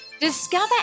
discover